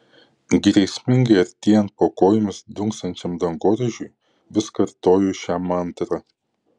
grėsmingai artėjant po kojomis dunksančiam dangoraižiui vis kartoju šią mantrą